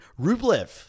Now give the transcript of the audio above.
Rublev